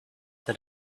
that